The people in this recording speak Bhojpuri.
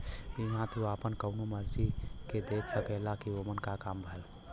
इहां तू आपन कउनो अर्जी के देख सकेला कि ओमन क काम भयल